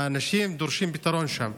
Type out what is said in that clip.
ואנשים דורשים פתרון שם.